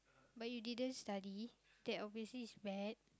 but you didn't study that obviously is bad